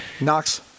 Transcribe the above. Knox